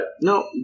No